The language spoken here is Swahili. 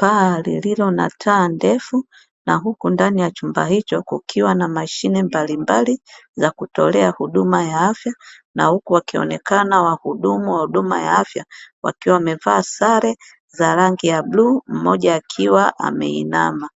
paa lililo na taa na ndefu, na huku ndani ya chumba hicho kukiwa na mashine mbalimbali za kutolea huduma ya afya; na huku wakionekana wahudumu wa huduma ya afya wakiwa wamevaa sare za rangi ya bluu mmoja akiwa ameinama.